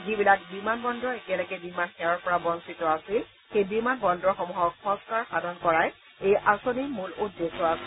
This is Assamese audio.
যিবিলাক বিমান বন্দৰ এতিয়ালৈ বিমান সেৱাৰ পৰা বছিত আছিল সেই বিমান বন্দৰসমূহক সংস্কাৰ সাধন কৰাই এই আঁচনিৰ মূল উদ্দেশ্য আছিল